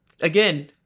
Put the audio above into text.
again